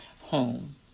home